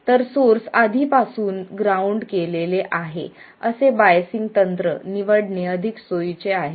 तर सोर्स आधीपासून ग्राउंड केलेले आहे असे बायसिंग तंत्र निवडणे अधिक सोयीचे आहे